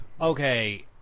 Okay